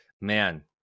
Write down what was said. man